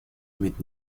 mit